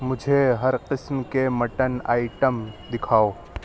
مجھے ہر قسم کے مٹن آئٹم دکھاؤ